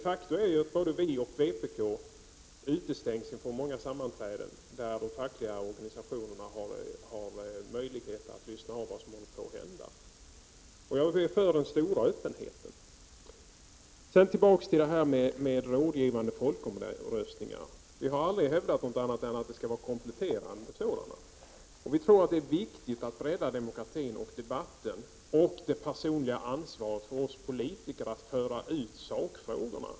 Faktum är att både miljöpartiet och vpk utestängs från många sammanträden där de fackliga organisationerna har möjlighet att höra vad som håller på att hända. Jag är för den stora öppenheten. Sedan vill jag gå tillbaka till detta med rådgivande folkomröstningar. Vi har aldrig hävdat annat än att det skall vara kompletterande sådana. Vi tror att det är viktigt att bredda demokratin, debatten och det personliga ansvaret hos oss politiker att föra ut sakfrågorna.